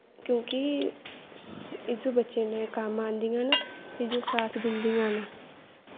क्योंकि इ'यो बच्चें गी कम्म आंदियां न ते जेह्ड़ियां साथ दिंदियां न